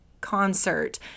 concert